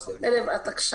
התקש"ח.